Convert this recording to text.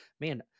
man